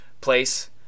place